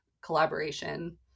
collaboration